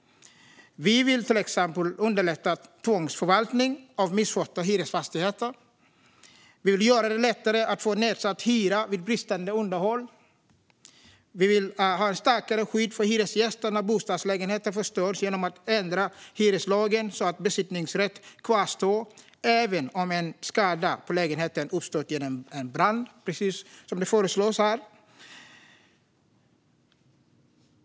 Vi vill till exempel underlätta tvångsförvaltning av misskötta hyresfastigheter. Vi vill göra det lättare att få nedsatt hyra vid bristande underhåll. Vi vill ha ett starkare skydd för hyresgäster när bostadslägenheter förstörs genom att ändra hyreslagen så att besittningsrätt kvarstår även om en skada på lägenheten uppstått genom en brand, precis som det föreslås här.